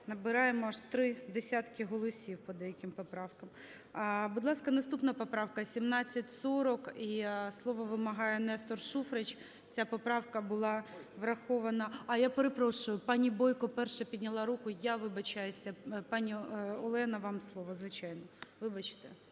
набираємо аж три десятки голосів по деяким поправкам. Будь ласка, наступна поправка 1740, і слово вимагає Нестор Шуфрич. Ця поправка була врахована… А, я перепрошую, пані Бойко перша підняла руку, я вибачаюся. Пані Олена, вам слово, звичайно. Вибачте.